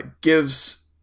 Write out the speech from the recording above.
gives